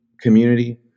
community